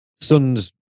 Sun's